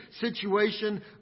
situation